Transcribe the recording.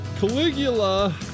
Caligula